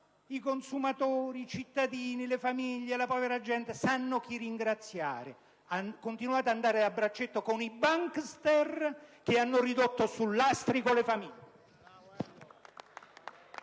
i consumatori, i cittadini, le famiglie e la povera gente sapranno chi ringraziare: continuate ad andare a braccetto con i *bankster* che hanno ridotto sul lastrico le famiglie.